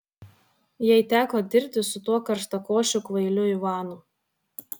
jai teko dirbti su tuo karštakošiu kvailiu ivanu